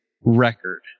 record